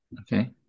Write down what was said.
Okay